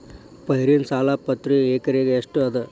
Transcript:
ಪೈರಿನ ಸಾಲಾ ಪ್ರತಿ ಎಕರೆಗೆ ಎಷ್ಟ ಅದ?